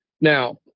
Now